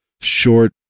short